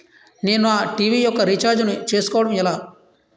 నేను నా టీ.వీ యెక్క రీఛార్జ్ ను చేసుకోవడం ఎలా?